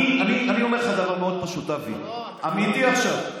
אני אומר לך דבר מאוד פשוט, אבי, אמיתי עכשיו.